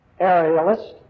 aerialist